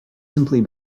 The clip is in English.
simply